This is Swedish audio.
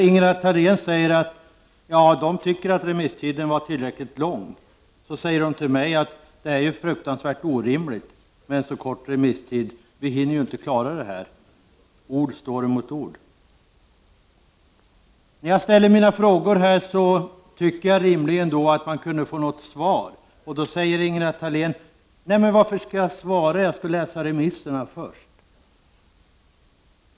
Ingela Thalén säger att de tycker att remisstiden var tillräckligt lång, men till mig säger de att det är fruktansvärt orimligt med en så kort remisstid — vi hinner ju inte klara det här! Ord står mot ord. När jag ställer min fråga här, tycker jag att jag rimligen kunde få något svar. Men Ingela Thalén säger: Nej, varför skulle jag svara? Jag skall läsa remisserna först.